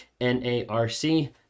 N-A-R-C